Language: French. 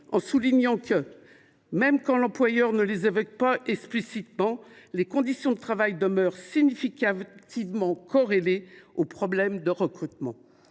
en soulignant que « même quand l’employeur ne les évoque pas explicitement, les conditions de travail demeurent significativement corrélées aux problèmes de recrutement